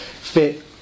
fit